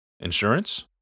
Insurance